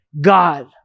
God